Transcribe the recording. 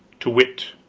to wit